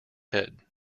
head